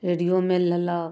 रेडिओमेड लेलक